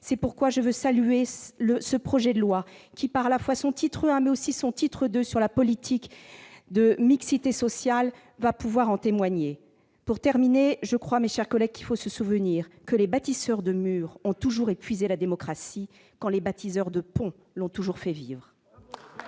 C'est pourquoi je veux saluer ce projet de loi qui, par son titre I, mais aussi son titre II, consacré à la politique de mixité sociale, va pouvoir en témoigner. En conclusion, mes chers collègues, je crois qu'il faut se souvenir que les bâtisseurs de murs ont toujours épuisé la démocratie, quand les bâtisseurs de ponts l'ont toujours fait vivre